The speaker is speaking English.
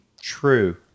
true